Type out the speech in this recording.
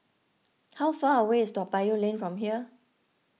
how far away is Toa Payoh Lane from here